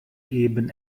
eben